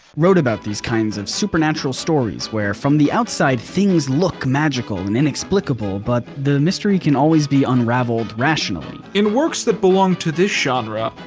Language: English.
wrote about these kinds of supernatural stories where from the outside things look magical and inexplicable but the mystery can always be unraveled rationally. in works that belong to this genre,